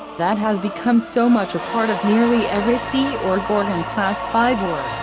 that have become so much a part of nearly every sea org org and class five org,